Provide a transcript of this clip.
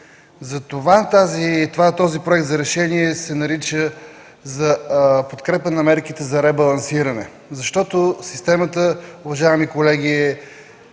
Затова този Проект за решение се нарича – за подкрепа на мерките за ребалансиране, защото системата, уважаеми колеги,